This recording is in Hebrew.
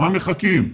למה מחכים?